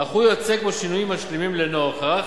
אך הוא יוצק בו שינויים משלימים לנוכח